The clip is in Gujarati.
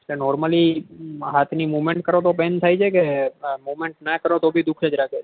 તો નોર્મલી હાથની મુમેન્ટ કરો તો પેઈન થાય છે કે મુમેન્ટ ના કરો તો ભી દુ ખે જ રાખે છે